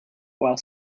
while